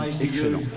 excellent